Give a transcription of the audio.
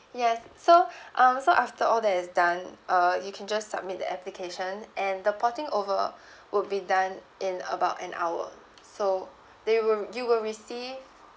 yes so um so after all that is done uh you can just submit the application and the porting over would be done in about an hour so there will you will receive